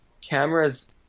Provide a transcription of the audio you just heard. Cameras